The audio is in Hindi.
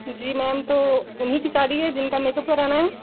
जी मैम तो उन्हीं की शादी है जिनका मेकअप कराना है